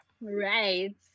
Right